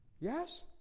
Yes